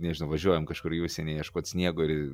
nežinau važiuojam kažkur į užsienį ieškot sniego ir